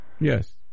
yes